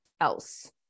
else